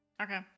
Okay